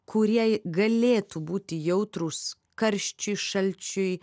kurie galėtų būti jautrūs karščiui šalčiui